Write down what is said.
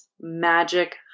magic